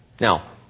Now